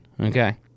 okay